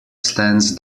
stands